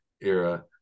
era